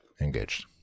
Engaged